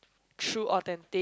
true authentic